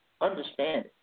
Understand